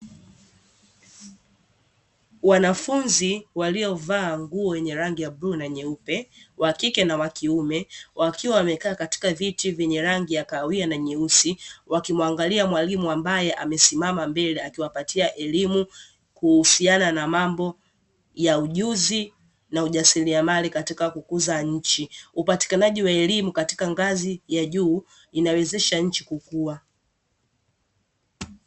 Wanafunzi waliovaa nguo yenye rangi ya bluu na nyeupe wa kike na wa kiume, wakiwa wamekaa katika viti vyenye rangi ya kahawia na nyeusi, wakimwangalia mwalimu ambaye amesimama mbele akiwapatia elimu kuhusiana na mambo ya ujuzi na ujasiriamali katika kukuza nchi. Upatikanaji wa elimu katika ngazi ya juu inawezesha nchi kukua.